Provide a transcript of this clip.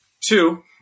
Two